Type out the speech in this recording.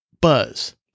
buzz